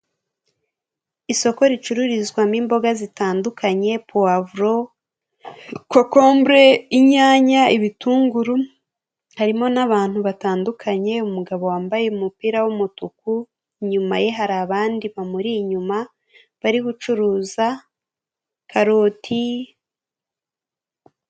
Isoko ricururizwamo imboga zitandukanye povuro, kokombure, inyanya, ibitunguru, harimo n'abantu batandukanye umugabo wambaye umupira w'umutuku inyuma ye hari abandi bamuri inyuma bari gucuruza karoti.